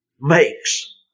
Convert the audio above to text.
makes